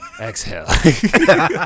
exhale